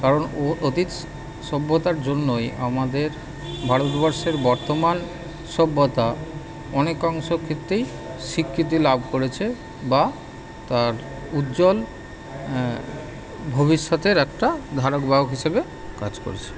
কারণ ও অতীত সভ্যতার জন্যই আমাদের ভারতবর্ষের বর্তমান সভ্যতা অনেক অংশ ক্ষেত্রেই স্বীকৃতি লাভ করেছে বা তার উজ্জ্বল ভবিষ্যতের একটা ধারক বাহক হিসেবে কাজ করছে